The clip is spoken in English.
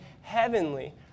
heavenly